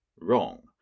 wrong